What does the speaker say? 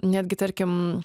netgi tarkim